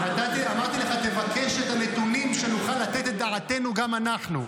אמרתי לך שתבקש את הנתונים כדי שנוכל לתת את דעתנו גם אנחנו.